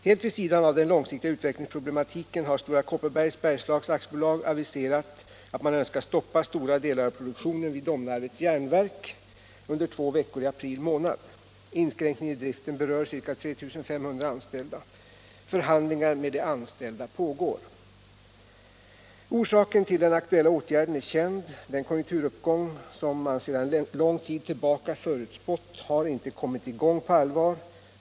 Helt vid sidan av den långsiktiga utvecklingsproblematiken har Stora Kopparbergs Bergslags AB aviserat att man önskar stoppa stora delar av produktionen vid Domnarvets Jernverk under två veckor i april månad. Inskränkningen i driften berör ca 3 500 anställda. Förhandlingar med de anställda pågår. Orsaken till den aktuella åtgärden är känd. Den konjunkturuppgång som man sedan lång tid tillbaka förutspått har inte kommit i gång på allvar.